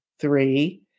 Three